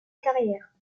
carrière